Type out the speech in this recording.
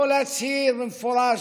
לא להצהיר במפורש,